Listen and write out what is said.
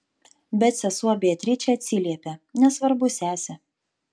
bet sesuo beatričė atsiliepia nesvarbu sese